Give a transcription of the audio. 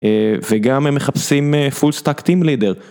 וגם הם מחפשים פול סטאק טים לידר.